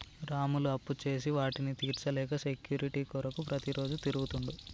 రాములు అప్పుచేసి వాటిని తీర్చలేక సెక్యూరిటీ కొరకు ప్రతిరోజు తిరుగుతుండు